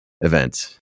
event